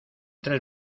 tres